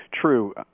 True